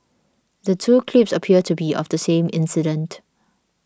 the two clips appear to be of the same incident